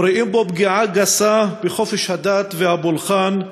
ורואים בו פגיעה גסה בחופש הדת והפולחן,